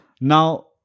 Now